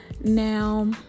Now